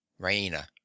Raina